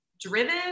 driven